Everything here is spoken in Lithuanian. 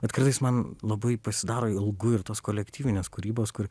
bet kartais man labai pasidaro ilgu ir tos kolektyvinės kūrybos kur